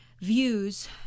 views